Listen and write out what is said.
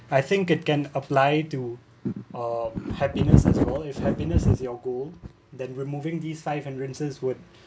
I think it can apply to a happiness happiness is your goal than removing these five hindrances would